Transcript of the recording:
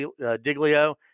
Diglio